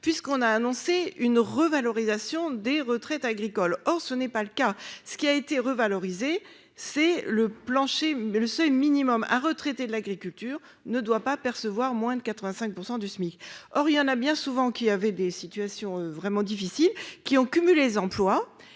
puisqu'on a annoncé une revalorisation des retraites agricoles, or ce n'est pas le cas, ce qui a été revalorisé c'est le plancher mais le seuil minimum retraités de l'agriculture ne doit pas percevoir moins de 85 % du SMIC, or il y en a, bien souvent, qui avait des situations vraiment difficiles qui ont cumulé emplois